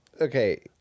Okay